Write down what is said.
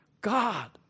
God